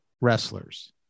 wrestlers